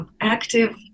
active